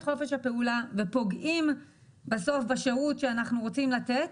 חופש הפעולה ופוגעים בסוף בשירות שאנחנו רוצים לתת.